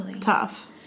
tough